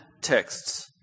texts